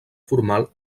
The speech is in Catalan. formal